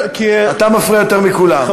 אתה מפריע יותר מכולם.